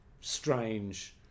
strange